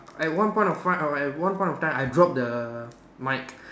at one point of time at one point of time I dropped the mic